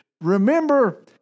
Remember